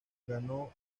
ganó